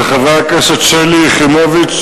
של חברי הכנסת שלי יחימוביץ,